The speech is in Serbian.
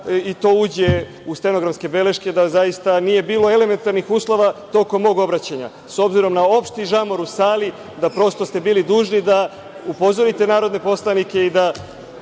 da to uđe u stenografske beleške da zaista nije bilo elementarnih uslova tokom mog obraćanja. S obzirom na opšti žamor u sali, da prosto ste bili dužni da upozorite narodne poslanike i da